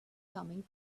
coming